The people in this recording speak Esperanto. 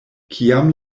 kiam